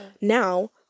now